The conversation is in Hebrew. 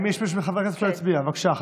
היא ליצנית שמחלקת לבבות, היא כל-כולה טוב.